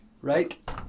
Right